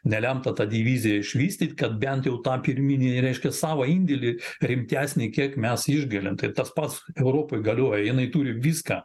nelemtą tą diviziją išvystyt kad bent jau tam pirminį reiškia savo indėlį rimtesnį kiek mes išgalim tai tas pats europai galiu va jinai turi viską